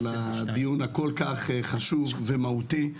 על הדיון הכל-כך חשוב ומהותי.